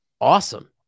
awesome